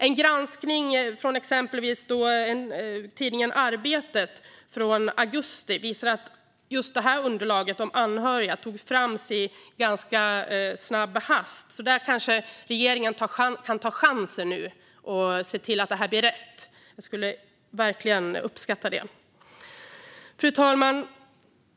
En granskning av exempelvis tidningen Arbetet från augusti visade att underlaget om anhöriga togs fram i hast. Kanske kan regeringen nu ta chansen och se till att det här blir rätt. Jag skulle verkligen uppskatta det. Fru talman!